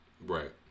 Right